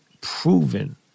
proven